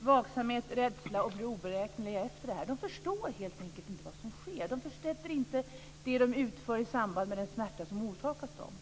vaksamhet, rädsla och blir oberäkneliga efteråt. De förstår helt enkelt inte vad som sker. De sätter inte det som de utsätts för i samband med den smärta som orsakas dem.